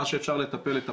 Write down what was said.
מה שאפשר לטפל, לטפל.